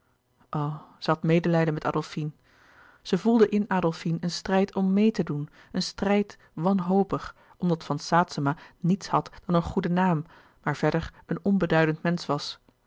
zij had medelijden met adolfine zij voelde in adolfine een strijd om meê te doen een strijd wanhopig omdat van saetzema niets had dan een goeden naam maar verder een on beduidend mensch was